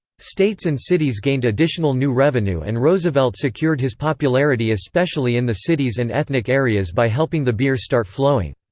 states and cities gained additional new revenue and roosevelt secured his popularity especially in the cities and ethnic areas by helping the beer start flowing.